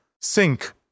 sink